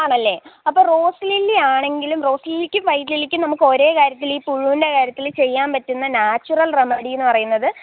ആണല്ലേ അപ്പോൾ rose lily ആണെങ്കിലും റോസ് ലില്ലിക്കും വൈറ്റ് ലില്ലിക്കും നമുക്ക് ഒരേ കാര്യത്തിൽ ഈ പുഴുവിന്റെ കാര്യത്തിൽ ചെയ്യാന് പറ്റുന്ന നാച്ചുറല് റെമഡീന്ന് പറയുന്നത്